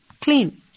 clean